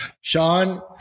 Sean